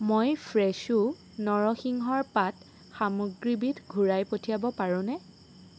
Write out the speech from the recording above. মই ফ্ৰেছো নৰসিংহৰ পাত সামগ্ৰীবিধ ঘূৰাই পঠিয়াব পাৰোনে